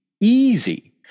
easy